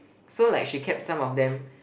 so like she kept some of them